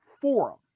forum